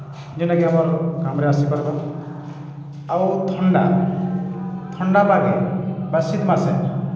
ଯେନ୍ଟାକି ଆମର୍ କାମ୍ରେ ଆସିପାର୍ବା ଆଉ ଥଣ୍ଡା ଥଣ୍ଡା ପାଗେ ବା ଶୀତ୍ ମାସେ